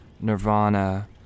Nirvana